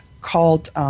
called